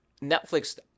Netflix